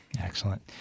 Excellent